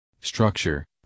Structure